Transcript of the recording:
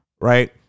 right